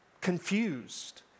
confused